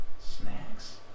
snacks